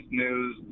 news